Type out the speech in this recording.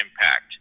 impact